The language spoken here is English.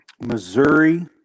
Missouri